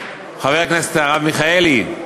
חבר הכנסת הרב מיכאלי,